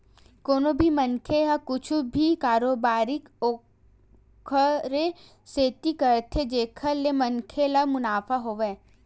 कोनो भी मनखे ह कुछु भी कारोबारी ओखरे सेती करथे जेखर ले मनखे ल मुनाफा होवय